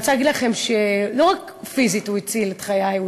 אני רוצה להגיד לכם שלא רק פיזית הוא הציל את חיי,